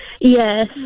Yes